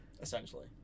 Essentially